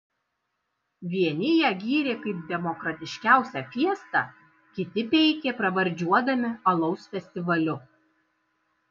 vieni ją gyrė kaip demokratiškiausią fiestą kiti peikė pravardžiuodami alaus festivaliu